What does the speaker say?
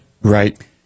Right